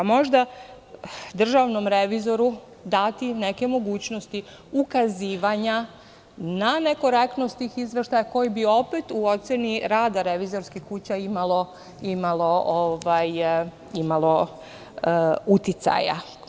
Možda državnom revizoru dati neke mogućnosti ukazivanja na nekorektnost tih izveštaja, koji bi opet u oceni rada revizorskih kuća imao uticaja.